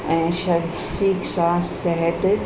ऐं शइ शिक्षा सिहत